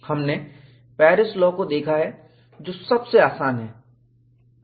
हमने Paris law को देखा है जो सबसे आसान है